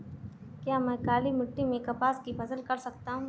क्या मैं काली मिट्टी में कपास की फसल कर सकता हूँ?